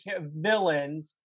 villains